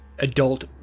Adult